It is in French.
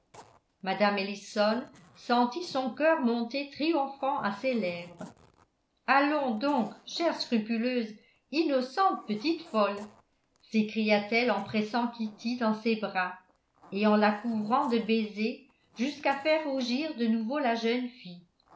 mme ellison sentit son cœur monter triomphant à ses lèvres allons donc chère scrupuleuse innocente petite folle s'écria-t-elle en pressant kitty dans ses bras et en la couvrant de baisers jusqu'à faire rougir de nouveau la jeune fille